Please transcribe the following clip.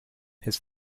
his